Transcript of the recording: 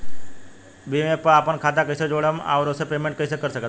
Bhim app पर आपन खाता के कईसे जोड़म आउर ओसे पेमेंट कईसे कर सकत बानी?